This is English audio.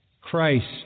Christ